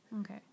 okay